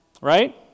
Right